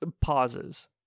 pauses